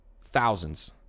Thousands